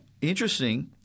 interesting